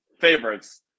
favorites